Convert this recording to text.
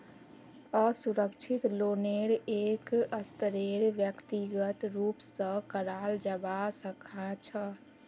असुरक्षित लोनेरो एक स्तरेर व्यक्तिगत रूप स कराल जबा सखा छ